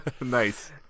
Nice